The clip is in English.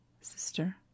Sister